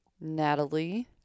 Natalie